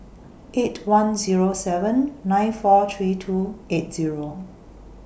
eight one Zero seven nine four three two eight Zero